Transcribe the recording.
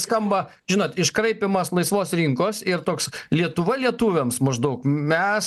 skamba žinot iškraipymas laisvos rinkos ir toks lietuva lietuviams maždaug mes